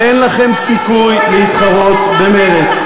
ואין לכם סיכוי להתחרות במרצ.